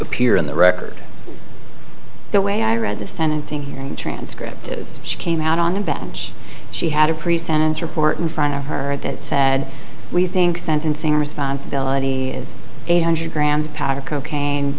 appear in the record the way i read the sentencing transcript is she came out on the bench she had a pre sentence report in front of her that said we think sentencing responsibility is eight hundred grams of powder cocaine